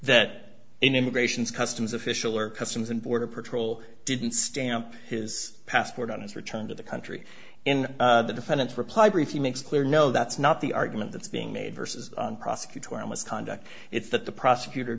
that immigrations customs official or customs and border patrol didn't stamp his passport on his return to the country in the defendant's reply brief he makes clear no that's not the argument that's being made versus prosecutorial misconduct it's that the prosecutor